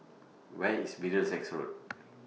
Where IS Middlesex Road